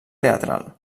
teatral